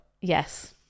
yes